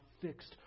fixed